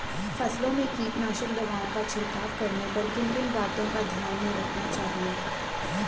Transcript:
फसलों में कीटनाशक दवाओं का छिड़काव करने पर किन किन बातों को ध्यान में रखना चाहिए?